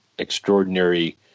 extraordinary